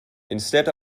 instead